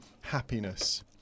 happiness